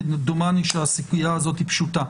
כמדומני, שהסוגיה הזאת היא פשוטה.